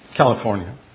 California